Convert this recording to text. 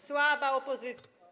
Słaba Opozycjo!